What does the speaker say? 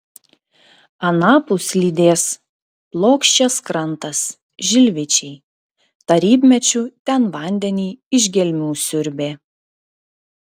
anapus lydės plokščias krantas žilvičiai tarybmečiu ten vandenį iš gelmių siurbė